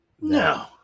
No